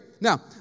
Now